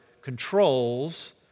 controls